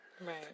Right